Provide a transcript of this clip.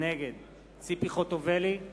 נגד ציפי חוטובלי,